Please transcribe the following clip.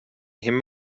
him